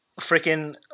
Freaking